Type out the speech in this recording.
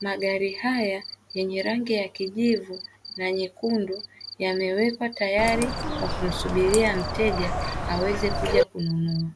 Magari haya yenye rangi ya kijivu na nyekundu, yamewekwa tayari kwa kumsubiria mteja aweze kuja kununua.